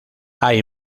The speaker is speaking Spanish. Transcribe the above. hay